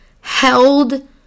held